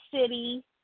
city